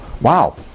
wow